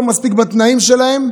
לא מספיק בתנאים שלהם,